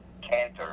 canter